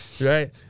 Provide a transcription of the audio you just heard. right